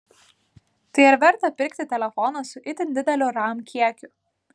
tai ar verta pirkti telefoną su itin dideliu ram kiekiu